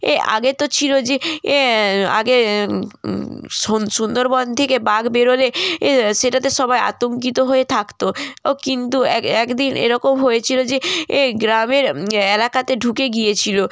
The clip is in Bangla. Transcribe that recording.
এ আগে তো ছিলো যে এ আগে সুন্দরবন থেকে বাঘ বেরোলে এ সেটাতে সবাই আতঙ্কিত হয়ে থাকতো ও কিন্তু এক একদিন এরকম হয়েছিলো যে এই গ্রামের এলাকাতে ঢুকে গিয়েছিলো